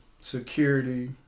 security